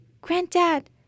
Granddad